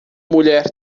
mulher